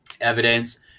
evidence